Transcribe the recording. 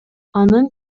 анын